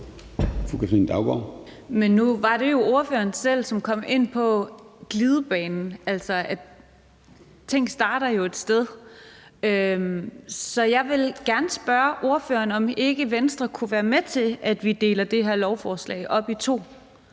Katrine Daugaard (LA): Men nu var det jo ordføreren selv, som kom ind på glidebanen – altså, at ting starter et sted. Så jeg vil gerne spørge ordføreren, om ikke Venstre kunne være med til, at vi deler det her lovforslag op i to